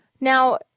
Now